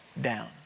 down